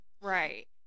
Right